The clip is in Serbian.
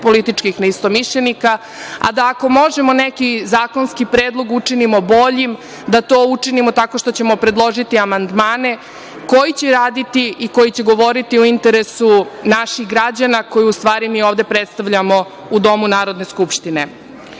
političkih neistomišljenika, a da ako možemo neki zakonski predlog učinimo boljim, da to učinimo tako što ćemo predložiti amandmane, koji će raditi i koji će govoriti u interesu naših građana, koje u stvari mi ovde predstavljamo u domu Narodne skupštine. Zato